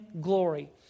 glory